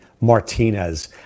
Martinez